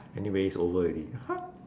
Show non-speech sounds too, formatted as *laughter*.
anyway it's over already *noise*